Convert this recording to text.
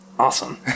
Awesome